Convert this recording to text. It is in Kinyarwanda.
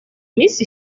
miss